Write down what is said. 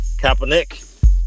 Kaepernick